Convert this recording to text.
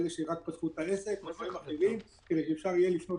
אלה שרק פתחו את העסק כדי שאפשר יהיה לפנות